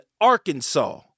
Arkansas